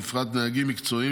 ובפרט נהגים מקצועיים,